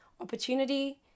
Opportunity